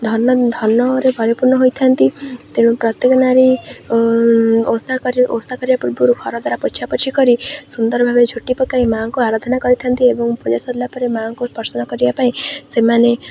ଧନ ଧନରେ ପରିପୂର୍ଣ୍ଣ ହୋଇଥାନ୍ତି ତେଣୁ ପ୍ରତ୍ୟେକ ନାରୀ ଓଷା କରି ଓଷା କରିବା ପୂର୍ବରୁ ଘର ଦ୍ୱାରା ପୋଛାପୋଛି କରି ସୁନ୍ଦର ଭାବେ ଝୁଟି ପକାଇ ମାଁ'ଙ୍କୁ ଆରାଧନା କରିଥାନ୍ତି ଏବଂ ପୂଜା ସାରିଲା ପରେ ମାଁ'ଙ୍କୁ ପ୍ରସନ୍ନ କରିବା ପାଇଁ ସେମାନେ